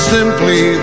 Simply